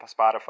Spotify